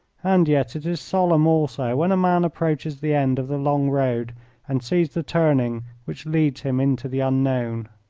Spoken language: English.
and yet it is solemn also when a man approaches the end of the long road and sees the turning which leads him into the unknown.